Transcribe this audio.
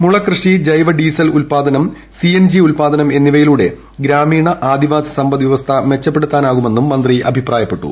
മുളകൃഷി ജൈവ ഡീസൽ ഉൽപ്പാദനം C N G ഉൽപ്പാദനം എന്നിവയിലൂടെ ഗ്രാമീണ ആദിവാസി സമ്പദ്വ്യവസ്ഥ മെച്ചപ്പെടുത്താമെന്നും മന്ത്രി അഭിപ്രായപ്പെട്ടു